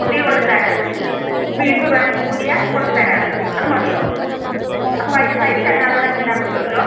പുതിയത് കൊണ്ട് തരാം അന്നെങ്കിൽ ബീഫ് വേണമെങ്കിൽ പുതിയത് കൊണ്ട് തരാം എന്തൊ അത് മതിയോ അപ്പോൾ അതിൻ്റെ പൈസ അങ്ങ് അതുംകൂടെ ഇടാക്കുമല്ലോ എന്തൊ